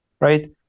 right